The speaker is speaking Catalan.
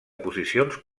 posicions